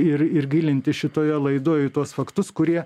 ir ir gilintis šitoje laidoj į tuos faktus kurie